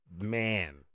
man